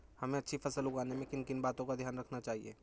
हमें अच्छी फसल उगाने में किन किन बातों का ध्यान रखना चाहिए?